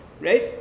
Right